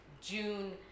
June